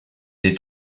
est